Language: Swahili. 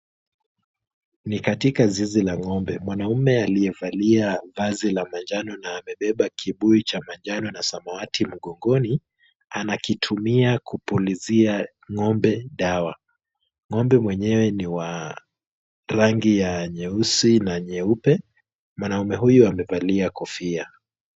Ni katika zizi la ng'ombe, mwanaume aliyavalia vazi la manjano na amebeba kibuyu cha manjano na samawati mgongoni, anakitumia kupulizia ng'ombe dawa. Ng'ombe mwenyewe ni wa rangi ya nyeusi na nyeupe. Mwanaume huyo amevalia kofia.